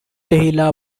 dahlia